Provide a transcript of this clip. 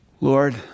Lord